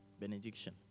Benediction